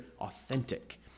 authentic